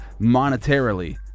monetarily